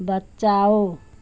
बचाओ